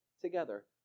together